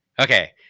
okay